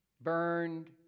burned